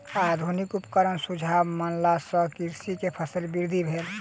आधुनिक उपकरणक सुझाव मानला सॅ कृषक के फसील वृद्धि भेल